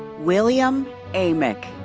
william amick.